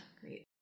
Great